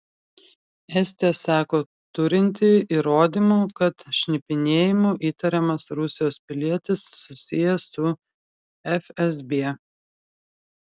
estija sako turinti įrodymų kad šnipinėjimu įtariamas rusijos pilietis susijęs su fsb